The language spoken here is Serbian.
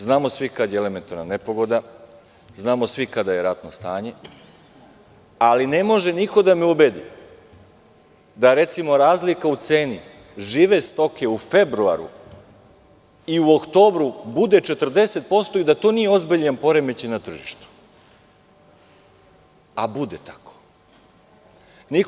Znamo svi kada je elementarna nepogoda, znamo svi kada je ratno stanje, ali ne može niko da me ubedi da razlika u ceni žive stoke u februaru i oktobru bude 40% i da to nije ozbiljan poremećaj na tržištu, a bude tako.